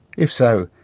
if so,